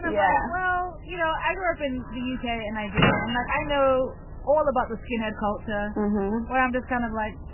yeah well, you know, i grew up in the u k, in nigeria, and like i know all about the skinhead culture where i'm just kind of like,